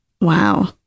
Wow